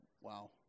Wow